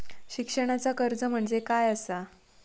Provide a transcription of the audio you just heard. शिक्षणाचा कर्ज म्हणजे काय असा?